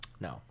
No